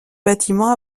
bâtiment